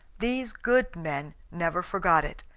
these good men, never forgot it.